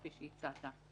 כפי שהצעת.